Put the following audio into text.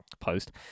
post